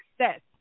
success